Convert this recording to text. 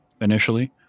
initially